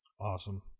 Awesome